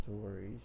stories